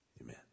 Amen